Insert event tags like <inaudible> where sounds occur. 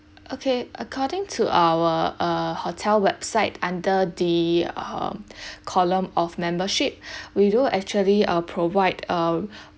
okay according to our uh hotel website under the uh <breath> column of membership <breath> we do actually uh provide err